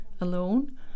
alone